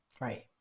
right